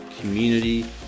community